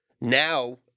Now